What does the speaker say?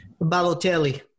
Balotelli